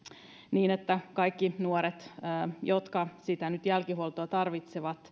niin että laki voitaisiin ulottaa koskemaan kaikkia nuoria jotka nyt sitä jälkihuoltoa tarvitsevat